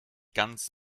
ganz